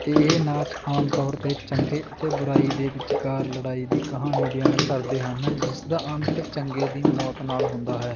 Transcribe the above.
ਇਹ ਨਾਚ ਆਮ ਤੌਰ 'ਤੇ ਚੰਗੇ ਅਤੇ ਬੁਰਾਈ ਦੇ ਵਿਚਕਾਰ ਲੜਾਈ ਦੀ ਕਹਾਣੀ ਬਿਆਨ ਕਰਦੇ ਹਨ ਜਿਸ ਦਾ ਅੰਤ ਚੰਗੇ ਦੀ ਮੌਤ ਨਾਲ ਹੁੰਦਾ ਹੈ